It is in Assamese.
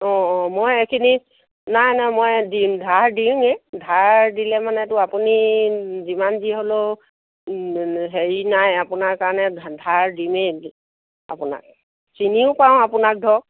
অঁ অঁ মই এইখিনিত নাই নাই মই দিম ধাৰ দিওঁৱে ধাৰ দিলে মানে তো আপুনি যিমান যি হ'লেও হেৰি নাই আপোনাৰ কাৰণে ধাৰ দিমেই আপোনাক চিনিও পাওঁ আপোনাক ধৰক